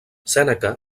sèneca